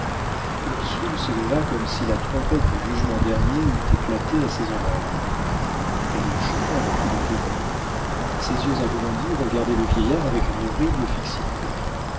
ursule se leva comme si la trompette du jugement dernier eût éclaté à ses oreilles elle jeta un cri de terreur ses yeux agrandis regardaient le vieillard avec une horrible fixité